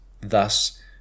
Thus